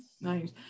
Nice